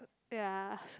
ya